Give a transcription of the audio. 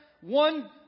one